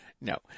No